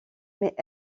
mais